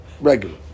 Regular